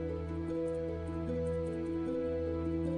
לצפייה.